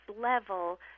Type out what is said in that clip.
level